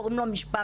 קוראים לו משפחתא.